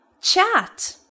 chat